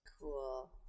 Cool